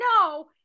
no